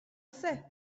sais